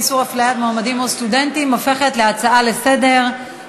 איסור הפליית מועמדים או סטודנטים) הופכת להצעה לסדר-היום.